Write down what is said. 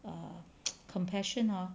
err compassion hor